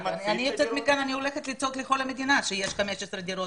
אני יוצאת מכאן והולכת לצעוק לכל המדינה שיש 15 דירות,